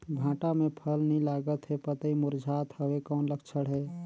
भांटा मे फल नी लागत हे पतई मुरझात हवय कौन लक्षण हे?